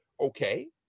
Okay